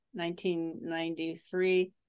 1993